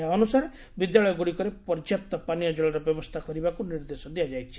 ଏହା ଅନୁସାରେ ବିଦ୍ୟାଳୟଗୁଡ଼ିକରେ ପର୍ଯ୍ୟାପ୍ତ ପାନୀୟ ଜଳର ବ୍ୟବସ୍ରା କରିବାକୁ ନିର୍ଦ୍ଦେଶ ଦିଆଯାଇଛି